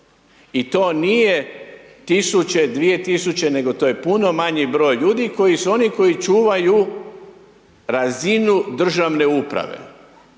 i to nije tisuće, dvije tisuće, nego to je puno manji broj ljudi koji su oni koji čuvaju razinu državne uprave.